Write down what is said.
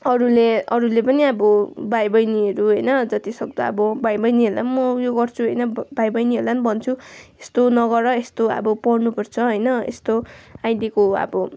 अरूले अरूले पनि अब भाइ बहिनीहरू होइन जति सक्दो अब भाइ बहिनीहरूलाई पनि म उयो गर्छु होइन भाइ बहिनीहरूलाई पनि भन्छु यस्तो नगर यस्तो अब पढ्नु पर्छ होइन यस्तो अहिलेको अब